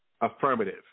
affirmative